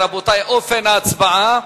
רבותי, אופן ההצבעה,